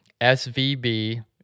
SVB